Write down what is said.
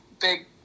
big